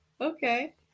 okay